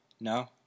No